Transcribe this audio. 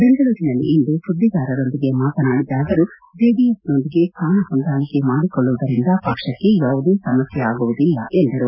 ಬೆಂಗಳೂರಿನಲ್ಲಿಂದು ಸುದ್ದಿಗಾರರೊಂದಿಗೆ ಮಾತನಾಡಿದ ಅವರು ಜೆಡಿಎಸ್ನೊಂದಿಗೆ ಸ್ವಾನ ಹೊಂದಾಣಿಕೆ ಮಾಡಿಕೊಳ್ಳುವುದರಿಂದ ಪಕ್ಷಕ್ಕೆ ಯಾವುದೇ ಸಮಸ್ಕೆಯಾಗುವುದಿಲ್ಲ ಎಂದರು